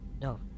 No